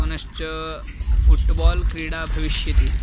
पुनश्च फ़ुट्बाल् क्रीडा भविष्यति